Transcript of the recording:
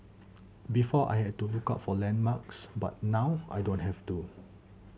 before I had to look out for landmarks but now I don't have to